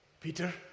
Peter